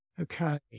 Okay